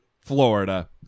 Florida